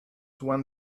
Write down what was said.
one